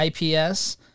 IPS